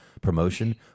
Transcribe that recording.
promotion